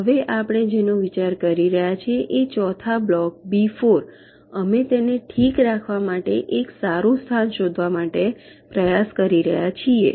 હવે આપણે જેનો વિચાર કરી રહ્યા છે એ ચોથા બ્લોક બી 4 અમે તેને ઠીક રાખવા માટે એક સારું સ્થાન શોધવા માટે પ્રયાસ કરી રહ્યા છીએ